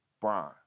Brian